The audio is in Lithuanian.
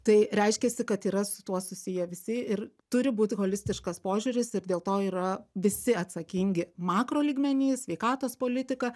tai reiškiasi kad yra su tuo susiję visi ir turi būti holistiškas požiūris ir dėl to yra visi atsakingi makro lygmeny sveikatos politika